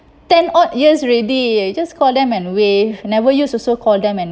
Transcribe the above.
ten odd years already you just call them and waive never use also call them and